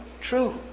true